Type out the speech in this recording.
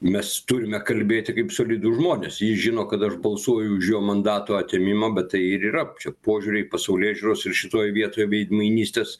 mes turime kalbėti kaip solidūs žmonės jis žino kad aš balsuoju už jo mandato atėmimą bet tai ir yra čia požiūriai pasaulėžiūros ir šitoj vietoj veidmainystės